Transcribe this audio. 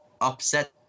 upset